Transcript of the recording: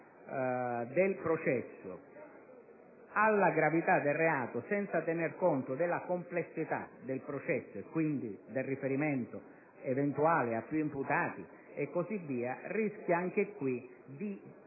del processo alla gravità del reato, senza tener conto della complessità del processo (e quindi del riferimento eventuale a più imputati e così via), rischia anche in